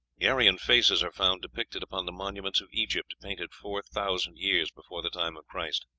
aryan faces are found depicted upon the monuments of egypt, painted four thousand years before the time of christ.